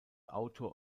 autor